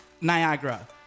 Niagara